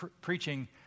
preaching